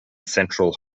central